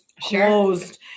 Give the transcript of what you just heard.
closed